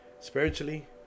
spiritually